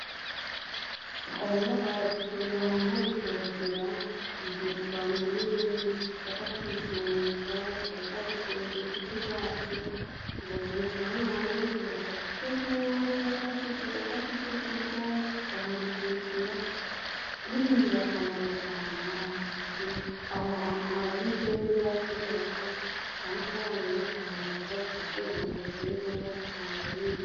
Dukenera ahantu ho gusohokera igihe twananiwe dushaka kwishimisha, dushaka gushimisha inshuti zacu, tukasohokera tugafata icyo kunywa cyangwa se tugafata icyo kurya, bakaruhukira bingira akamaro cyane. Aho hantu haba ari heza kubera ko ushaka kubona rero ukaba wagasubira mu kazi umeze neza kugira ukore neza.